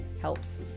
helps